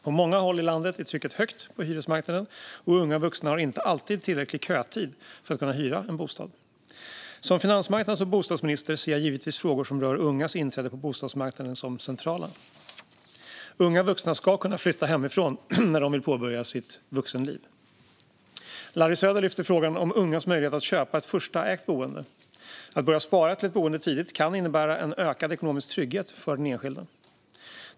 På många håll i landet är trycket högt på hyresmarknaden, och unga vuxna har inte alltid tillräcklig kötid för att kunna hyra en bostad. Som finansmarknads och bostadsminister ser jag givetvis frågor som rör ungas inträde på bostadsmarknaden som centrala. Unga vuxna ska kunna flytta hemifrån när de vill påbörja sitt vuxenliv. Svar på interpellationer Larry Söder lyfter frågan om ungas möjlighet att köpa ett första ägt boende. Att börja spara till ett boende tidigt kan innebära en ökad ekonomisk trygghet för den enskilde.